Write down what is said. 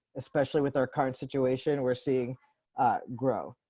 especially with our current situation we're seeing grow.